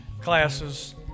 classes